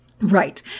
Right